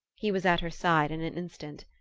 he was at her side in an instant.